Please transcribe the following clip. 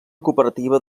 cooperativa